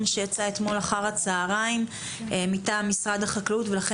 שיצא אתמול אחר הצוהריים מטעם משרד החקלאות ולכן